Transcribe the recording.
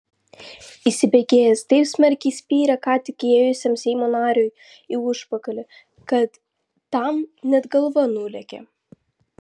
įsibėgėjęs taip smarkiai spyrė ką tik įėjusiam seimo nariui į užpakalį kad tam net galva nulėkė